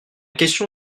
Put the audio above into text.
question